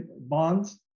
bonds